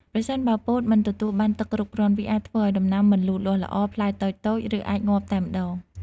ប្រសិនបើពោតមិនទទួលបានទឹកគ្រប់គ្រាន់ វាអាចធ្វើឱ្យដំណាំមិនលូតលាស់ល្អ ផ្លែតូចៗ ឬអាចងាប់តែម្តង។